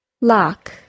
Lock